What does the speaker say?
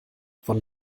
von